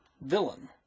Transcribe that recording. villain